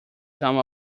some